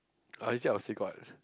honestly I would say god ah